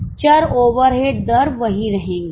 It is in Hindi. चर ओवरहेड दर वही रहेंगे